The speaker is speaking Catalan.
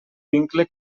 vincle